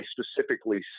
specifically